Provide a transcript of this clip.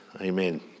amen